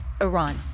Iran